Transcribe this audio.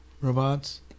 robots